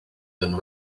than